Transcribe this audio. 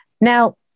Now